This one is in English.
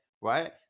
right